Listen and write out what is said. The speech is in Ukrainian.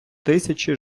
тисячі